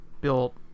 built